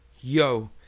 yo